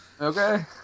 Okay